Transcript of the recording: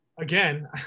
again